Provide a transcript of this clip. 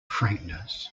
frankness